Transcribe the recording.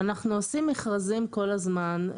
אנחנו עושים מכרזים כל הזמן.